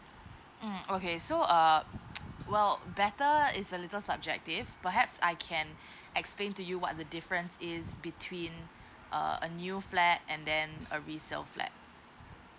mm okay so err well better is a little subjective perhaps I can explain to you what the difference is between err a new flat and then a resale flat